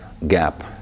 gap